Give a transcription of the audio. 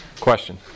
Question